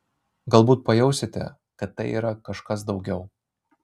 galbūt pajausite kad tai yra kažkas daugiau